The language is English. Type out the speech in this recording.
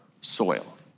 soil